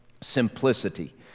simplicity